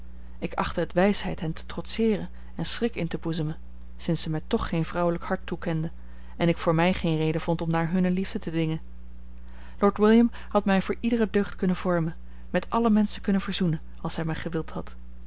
ik achtte het wijsheid hen te trotseeren en schrik in te boezemen sinds ze mij toch geen vrouwelijk hart toekenden en ik voor mij geen reden vond om naar hunne liefde te dingen lord william had mij voor iedere deugd kunnen vormen met alle menschen kunnen verzoenen als hij maar gewild had